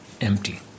empty